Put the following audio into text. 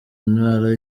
ntara